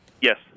Yes